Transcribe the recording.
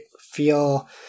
feel